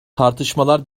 tartışmalar